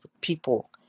people